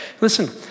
Listen